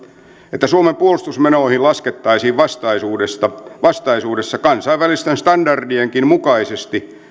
että suomen puolustusmenoihin laskettaisiin vastaisuudessa vastaisuudessa kansainvälisten standardienkin mukaisesti